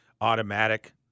automatic